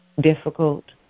difficult